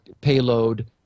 payload